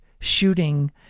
shooting